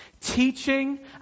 teaching